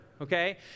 Okay